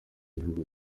igihugu